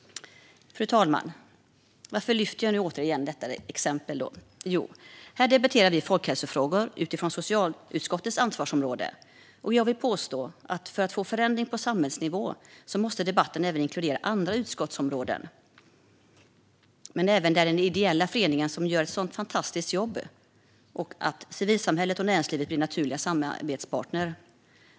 Fru talman! Varför lyfter jag återigen fram detta exempel? Jo, här debatterar vi folkhälsofrågor utifrån socialutskottets ansvarsområde, och jag vill påstå att för att få förändring på samhällsnivå måste debatten även inkludera andra utskottsområden där ideella föreningar - som gör ett så fantastiskt jobb -, civilsamhället och näringslivet blir naturliga samarbetspartner.